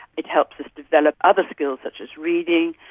it helps us develop other skills such as reading,